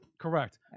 Correct